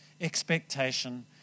expectation